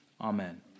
amen